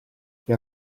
che